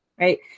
Right